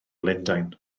lundain